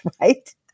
right